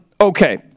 Okay